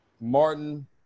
Martin